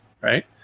right